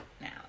now